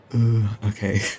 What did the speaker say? Okay